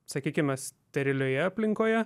sakykime sterilioje aplinkoje